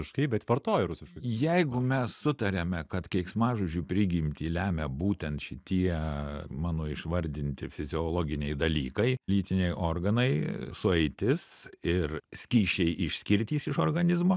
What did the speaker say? štai bet vartoja rusiškai jeigu mes sutariame kad keiksmažodžių prigimtį lemia būtent šitie mano išvardinti fiziologiniai dalykai lytiniai organai sueitis ir skysčiai išskirti iš organizmo